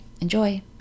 enjoy